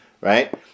right